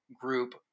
group